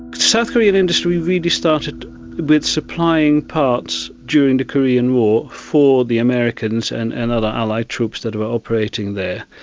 south korean industry really started with supplying parts during the korean war for the americans and and other allied troops that were operating there.